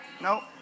No